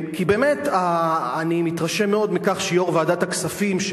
כי באמת אני מתרשם מאוד מיושב-ראש ועדת הכספים,